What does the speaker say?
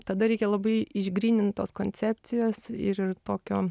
tada reikia labai išgrynintos koncepcijos ir tokio